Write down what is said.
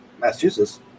Massachusetts